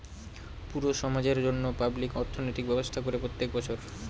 পুরো সমাজের জন্য পাবলিক অর্থনৈতিক ব্যবস্থা করে প্রত্যেক বছর